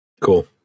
Cool